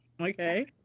okay